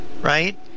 right